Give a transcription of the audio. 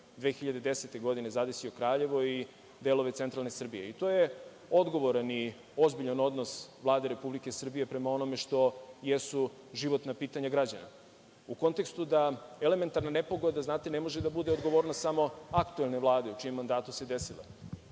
2010. godine zadesio Kraljevo i delove centralne Srbije. To je odgovoran i ozbiljan odnos Vlade Republike Srbije prema onome što jesu životna pitanja građana u kontekstu da elementarna nepogoda ne može da bude odgovornost samo aktuelne Vlade u čijem mandatu se desila.